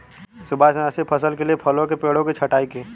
सुभाष ने अच्छी फसल के लिए फलों के पेड़ों की छंटाई की